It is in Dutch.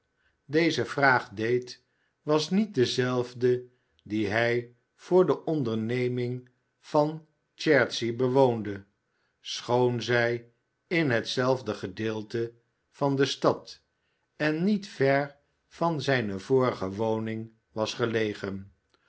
deze vraag deed was niet dezelfde die hij voor de onderneming van chertsey bewoonde schoon zij in hetzelfde gedeelte van de stad en niet ver van zijne vorige woning was gelegen